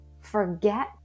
forget